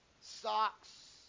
socks